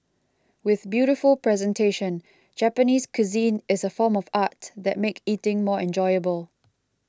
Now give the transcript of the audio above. with beautiful presentation Japanese cuisine is a form of art that make eating more enjoyable